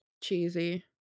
cheesy